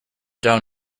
down